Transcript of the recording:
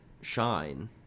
shine